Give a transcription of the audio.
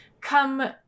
come